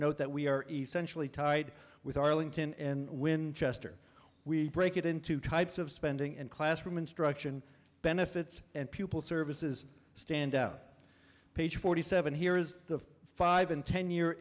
note that we are essentially tied with arlington in winchester we break it in two types of spending and classroom instruction benefits and pupil services stand out page forty seven here is the five and ten year